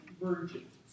virgins